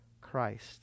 Christ